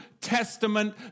Testament